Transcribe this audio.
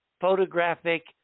photographic